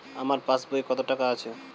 আমার পাস বইয়ে কত টাকা আছে?